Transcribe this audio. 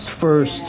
first